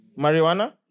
Marijuana